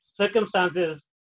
circumstances